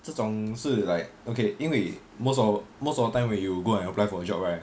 这种事 like okay 因为 most of most of the time when you go and apply for a job right